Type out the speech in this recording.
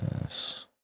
Yes